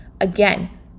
again